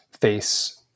face